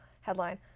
headline